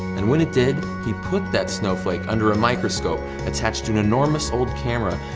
and when it did he put that snowflake under a microscope attached to an enormous old camera,